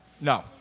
No